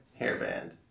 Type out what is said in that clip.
hairband